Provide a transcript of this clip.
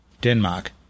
Denmark